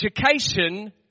education